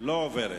לא התקבלה.